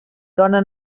dóna